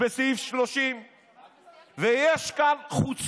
תתבייש לך.